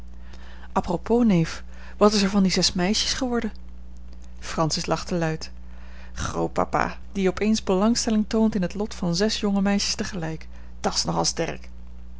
apropos neef wat is er van die zes meisjes geworden francis lachte luid grootpapa die op eens belangstelling toont in het lot van zes jonge meisjes tegelijk dat's nogal sterk